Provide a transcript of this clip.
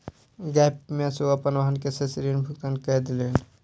gap बीमा सॅ ओ अपन वाहन के शेष ऋण भुगतान कय देलैन